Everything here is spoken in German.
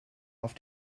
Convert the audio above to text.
auf